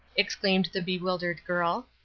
exclaimed the bewildered girl.